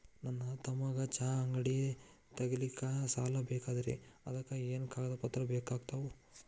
ನನ್ನ ತಮ್ಮಗ ಚಹಾ ಅಂಗಡಿ ತಗಿಲಿಕ್ಕೆ ಸಾಲ ಬೇಕಾಗೆದ್ರಿ ಅದಕ ಏನೇನು ಕಾಗದ ಪತ್ರ ಬೇಕಾಗ್ತವು?